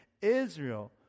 Israel